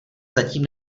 zatím